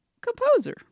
composer